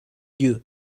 you